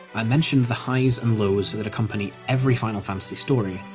i mentioned the highs and lows that accompany every final fantasy story,